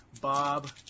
Bob